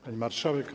Pani Marszałek!